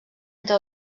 entre